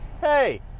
Hey